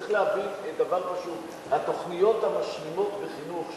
צריך להבין דבר פשוט: התוכניות המשלימות בחינוך,